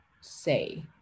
say